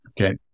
Okay